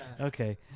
Okay